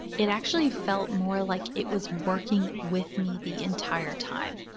it actually felt more like it was working with me the entire time.